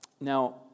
Now